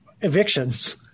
evictions